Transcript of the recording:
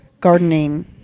gardening